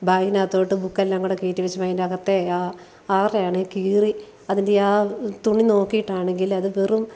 ബാഗിനകത്തോട്ട് ബുക്കെല്ലാം കൂടി കയറ്റി വെച്ചപ്പം അതിൻ്റെ അകത്തെ ആ ആ അറയാണെങ്കിൽ കീറി അതിൻ്റെ ആ തുണി നോക്കിയിട്ടാണെങ്കിലത് വെറും